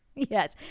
Yes